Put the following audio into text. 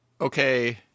okay